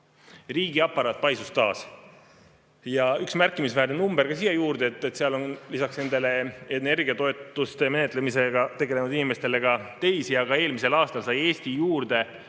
Riigiaparaat paisus taas. Ja üks märkimisväärne number ka siia juurde. Lisaks nendele energiatoetuste menetlemisega tegelenud inimestele on ka teisi, aga eelmisel aastal sai Eesti juurde